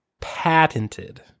patented